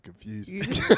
confused